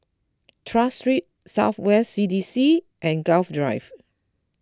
Tras Street South West C D C and Gul Drive